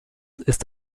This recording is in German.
ist